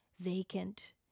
vacant